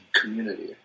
community